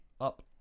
up